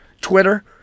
Twitter